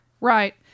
right